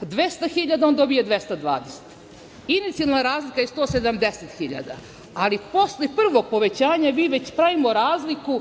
200.000, on dobija 220.000 hiljada. Inicijalna razlika je 170.000, ali posle prvog povećanja mi već pravimo razliku